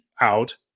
out